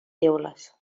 teules